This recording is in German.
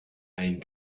ein